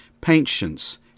patience